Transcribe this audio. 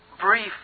brief